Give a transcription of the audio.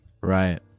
right